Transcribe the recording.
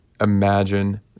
imagine